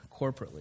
corporately